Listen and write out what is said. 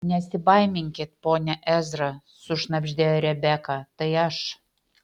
nesibaiminkit pone ezra sušnabždėjo rebeka tai aš